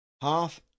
Half